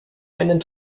einen